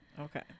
Okay